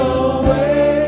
away